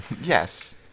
Yes